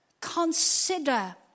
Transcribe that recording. consider